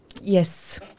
Yes